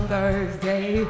Thursday